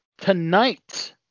tonight